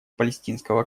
палестинского